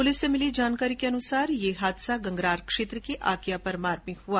police से मिली जानकारी के अनुसार ये हादसा गंगरार क्षेत्र के आकिया परमार में हुआ